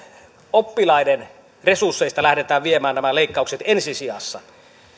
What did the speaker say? oppilaiden resursseista lähdetään viemään nämä leikkaukset ensi sijassa